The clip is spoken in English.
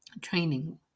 training